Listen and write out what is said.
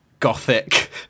gothic